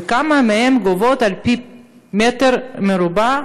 וכמה מהן גובות על פי מטר מרובע,